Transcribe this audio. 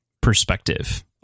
perspective